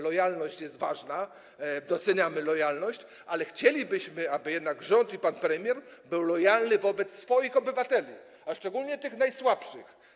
Lojalność jest ważna, doceniamy lojalność, ale chcielibyśmy, aby jednak rząd i pan premier byli lojalni wobec swoich obywateli, szczególnie tych najsłabszych.